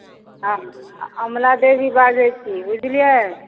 अमला देवी बाजै छी बुझलिए